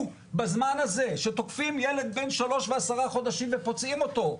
בזמן הזה שתוקפים ילד בן שלוש ועשרה חודשים ופוצעים אותו,